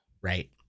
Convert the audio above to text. Right